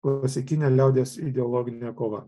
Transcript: klasikinė liaudies ideologinė kova